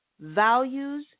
values